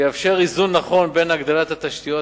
שיאפשר איזון נכון בין הגדלת התשתיות